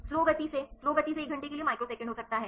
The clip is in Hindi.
स्लो गति से स्लो गति से एक घंटे के लिए माइक्रोसेकंड हो सकता है